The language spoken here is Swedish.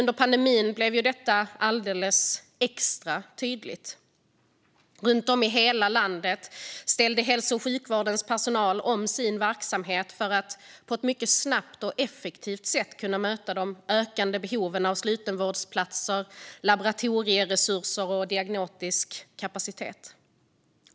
Under pandemin blev detta alldeles extra tydligt. Runt om i hela landet ställde hälso och sjukvårdens personal om sin verksamhet för att på ett mycket snabbt och effektivt sätt kunna möta de ökande behoven av slutenvårdsplatser, laboratorieresurser och diagnostisk kapacitet.